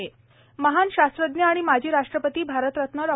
कलाम जयंती महान शास्त्रज्ञ आणि माजी राष्ट्रपती भारतरत्न डॉ